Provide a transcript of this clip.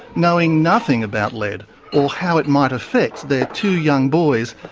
knowing nothing about lead or how it might affect their two young boys,